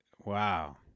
Wow